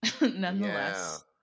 nonetheless